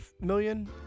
million